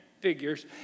figures